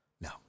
No